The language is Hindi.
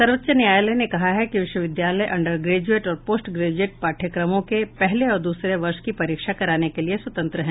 सर्वोच्च न्यायालय ने कहा है कि विश्वविद्यालय अंडर ग्रेजुएट और पोस्ट ग्रेजुएट पाठ्यक्रमों के पहले और दूसरे वर्ष की परीक्षा कराने के लिए स्वतंत्र है